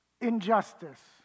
injustice